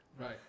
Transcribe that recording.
Right